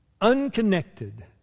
unconnected